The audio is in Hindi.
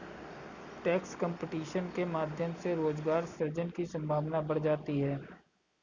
टैक्स कंपटीशन के माध्यम से रोजगार सृजन की संभावना बढ़ जाती है